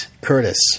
Curtis